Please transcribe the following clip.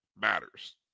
matters